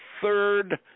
third